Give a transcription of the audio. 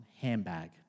handbag